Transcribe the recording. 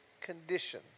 condition